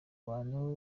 bantu